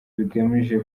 bigamije